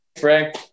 Frank